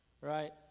Right